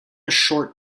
short